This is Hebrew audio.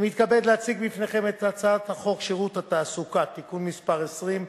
אני מתכבד להציג בפניכם את הצעת חוק שירות התעסוקה (תיקון מס' 20),